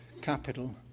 capital